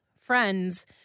friends